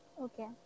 Okay